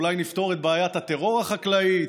אולי נפתור את בעיית הטרור החקלאי?